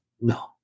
No